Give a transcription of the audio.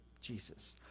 Jesus